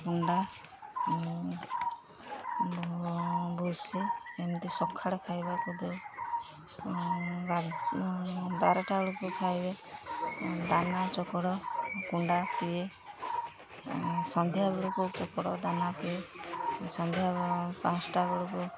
କୁଣ୍ଡା ଭୁସିି ଏମିତି ସକାଳେ ଖାଇବାକୁ ଦେଉ ବାରଟା ବେଳକୁ ଖାଇବେ ଦାନା ଚୋକଡ଼ କୁଣ୍ଡା ପିଏ ସନ୍ଧ୍ୟା ବେଳକୁ ଚୋକଡ଼ ଦାନା ପିଏ ସନ୍ଧ୍ୟା ପାଞ୍ଚଟା ବେଳକୁ